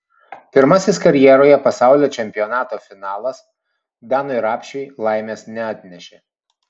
pirmasis karjeroje pasaulio čempionato finalas danui rapšiui laimės neatnešė